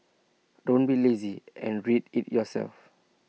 don't be lazy and read IT yourself